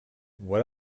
what